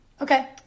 okay